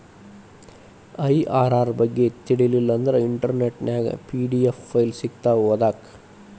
IRR ಬಗ್ಗೆ ತಿಳಿಲಿಲ್ಲಾ ಅಂದ್ರ ಇಂಟರ್ನೆಟ್ ನ್ಯಾಗ ಪಿ.ಡಿ.ಎಫ್ ಫೈಲ್ ಸಿಕ್ತಾವು ಓದಾಕ್